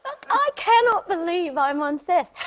look, i cannot believe i'm on seth.